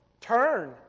Turn